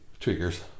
Tweakers